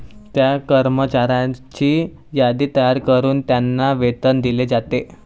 त्या कर्मचाऱ्यांची यादी तयार करून त्यांना वेतन दिले जाते